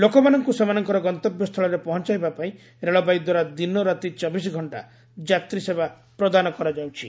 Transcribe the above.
ଲୋକମାନଙ୍କୁ ସେମାନଙ୍କର ଗନ୍ତବ୍ୟସ୍ଥଳରେ ପହଂଚାଇବା ପାଇଁ ରେଳବାଇ ଦ୍ୱାରା ଦିନରାତି ଚବିଶଘଂଟା ଯାତ୍ରୀସେବା ପ୍ରଦାନ କରାଯାଉଛି